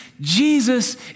Jesus